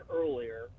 earlier